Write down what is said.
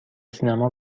سینما